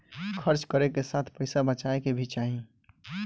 खर्च करे के साथ पइसा बचाए के भी चाही